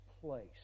place